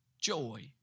joy